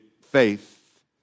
Faith